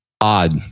odd